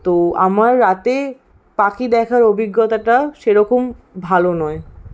তো আমার রাতে পাখি দেখার অভিজ্ঞতাটা সেরকম ভালো নয়